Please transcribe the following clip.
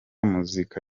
muzika